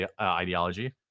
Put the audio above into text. ideology